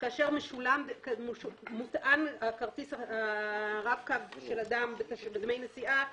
כאשר מוטען כרטיס הרב-קו של אדם בדמי נסיעה,